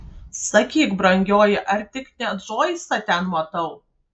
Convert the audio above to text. sakyk brangioji ar tik ne džoisą ten matau